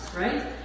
right